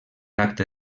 acte